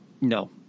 no